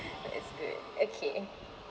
it's good okay